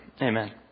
Amen